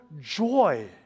joy